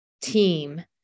team